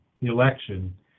election